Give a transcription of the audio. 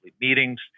meetings